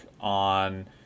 on